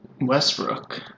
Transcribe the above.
Westbrook